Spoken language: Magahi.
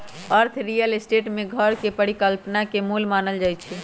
अर्थ रियल स्टेट में घर के परिकल्पना के मूल मानल जाई छई